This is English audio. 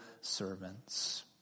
servants